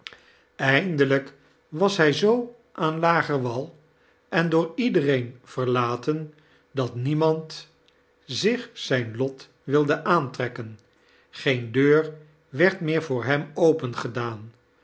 eindelijk was hij zoo aan lageir wal en door iedereen varlaten dat nieimand zich zijn lot wilde aantrekken geea deur werd meet voor hem